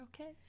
okay